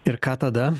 ir ką tada